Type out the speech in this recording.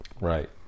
Right